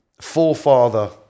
forefather